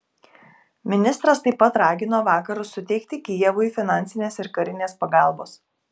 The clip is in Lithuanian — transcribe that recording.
ministras taip pat ragino vakarus suteikti kijevui finansinės ir karinės pagalbos